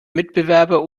mitbewerber